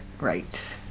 right